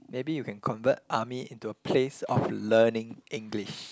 maybe you can convert army into a place of learning English